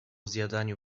zjadaniu